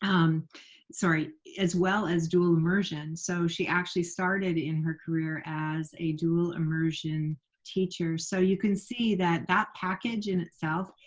um as well as dual immersion. so she actually started in her career as a dual immersion teacher. so you can see that that package in itself,